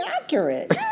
accurate